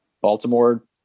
Baltimore